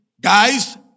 guys